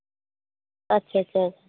ᱟᱪᱪᱷᱟ ᱟᱪᱪᱷᱟ